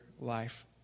life